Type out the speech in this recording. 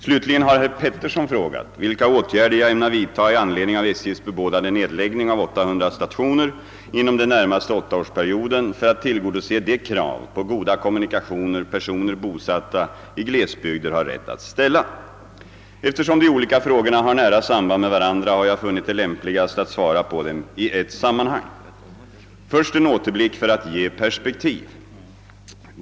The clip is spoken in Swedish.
Slutligen har herr Petersson frågat vilka åtgärder jag ämnar vidtaga i anledning av SJ:s bebådade nedläggning av 800 stationer inom den närmaste åttaårsperioden för att tillgodose de krav på goda kommunikationer personer bosatta i glesbygder har rätt att ställa. Eftersom de olika frågorna har nära samband med varandra har jag funnit det lämpligast att svara på dem i ett sammanhang. Först en återblick för att ge perspektiv.